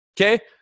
Okay